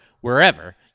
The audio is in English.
wherever